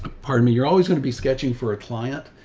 pardon me? you're always going to be sketching for a client.